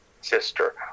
sister